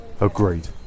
agreed